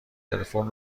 تلفن